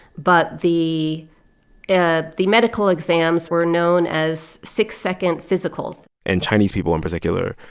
but the ah the medical exams were known as six-second physicals and chinese people, in particular,